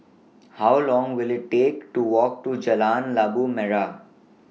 How Long Will IT Take to Walk to Jalan Labu Merah